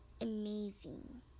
amazing